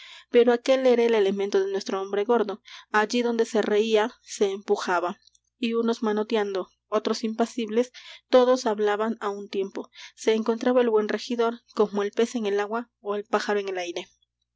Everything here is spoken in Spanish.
pero aquel era el elemento de nuestro hombre gordo allí donde se reía se empujaba y unos manoteando otros impasibles todos hablaban á un tiempo se encontraba el buen regidor como el pez en el agua ó el pájaro en el aire